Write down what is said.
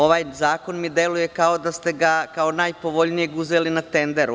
Ovaj zakon mi deluje kao da ste ga kao najpovoljnijeg uzeli na tenderu.